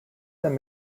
than